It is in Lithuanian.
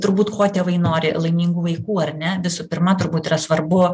turbūt ko tėvai nori laimingų vaikų ar ne visų pirma turbūt yra svarbu